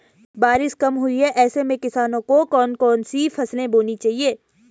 बारिश कम हुई है ऐसे में किसानों को कौन कौन सी फसलें बोनी चाहिए?